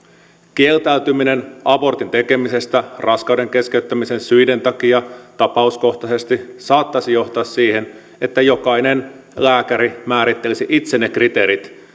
kieltäytyminen abortin tekemisestä raskauden keskeyttämisen syiden takia tapauskohtaisesti saattaisi johtaa siihen että jokainen lääkäri määrittelisi itse ne kriteerit